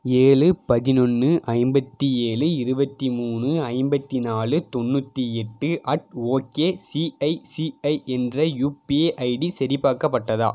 ஏழு பதினொன்று ஐம்பத்தி ஏழு இருபத்தி மூணு ஐம்பத்தி நாலு தொண்ணூற்றி எட்டு அட் ஓகேசிஐசிஐ என்ற யூபிஐ ஐடி சரிபார்க்கப்பட்டதா